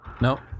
No